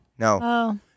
No